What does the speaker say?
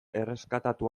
erreskatatu